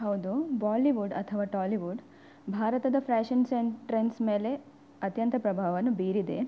ಹೌದು ಬಾಲಿವುಡ್ ಅಥವಾ ಟಾಲಿವುಡ್ ಭಾರತದ ಫ್ಯಾಷನ್ ಸೆನ್ ಟ್ರೆನ್ಸ್ ಮೇಲೆ ಅತ್ಯಂತ ಪ್ರಭಾವವನ್ನು ಬೀರಿದೆ